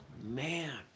Man